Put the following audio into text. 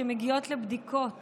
שמגיעות לבדיקות